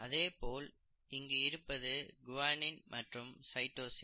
அதே போல் இங்கு இருப்பது குவானின் மற்றும் சைட்டோசின்